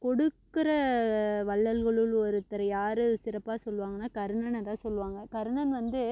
கொடுக்குற வள்ளல்களுள் ஒருத்தரை யார் சிறப்பாக சொல்லுவாங்கனால் கர்ணனை தான் சொல்லுவாங்க கர்ணன் வந்து